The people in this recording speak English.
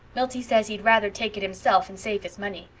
milty says he'd rather take it himself and save his money.